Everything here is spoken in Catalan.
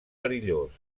perillós